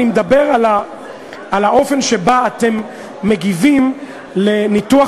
אני מדבר על האופן שבו אתם מגיבים על ניתוח